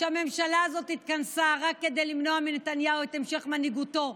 שהממשלה הזאת התכנסה רק כדי למנוע מנתניהו את המשך מנהיגותו,